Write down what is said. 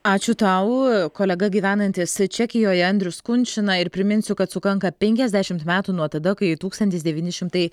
ačiū tau kolega gyvenantis čekijoje andrius kunčina ir priminsiu kad sukanka penkiasdešimt metų nuo tada kai tūkstantis devyni šimtai